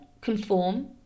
conform